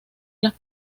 las